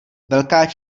velká